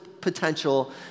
potential